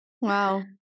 Wow